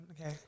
okay